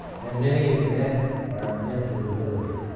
and many of the next are manipulability.